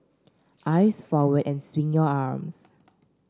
eyes forward and swing your arms